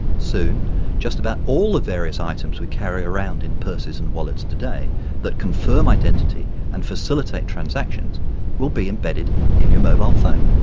soon just about all the various items we carry around in purses and wallets today that confirm identity and facilitate transactions will be embedded in your mobile phone.